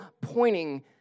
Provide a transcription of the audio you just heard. pointing